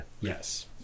Yes